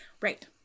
Right